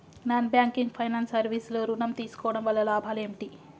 Non banking finance service లో ఋణం తీసుకోవడం వల్ల లాభాలు ఏమిటి?